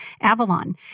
Avalon